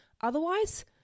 Otherwise